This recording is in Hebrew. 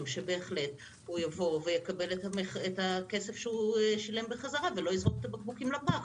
שהוא יקבל את הכסף חזרה שהוא שילם ולא יזרוק את הבקבוקים לפח.